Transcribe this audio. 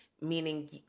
meaning